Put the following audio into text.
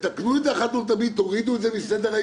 תקנו את זה אחת ולתמיד, תורידו את זה מסדר-היום.